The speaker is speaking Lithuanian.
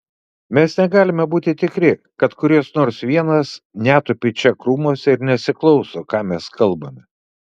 mes negalime būti tikri kad kuris nors vienas netupi čia krūmuose ir nesiklauso ką mes kalbame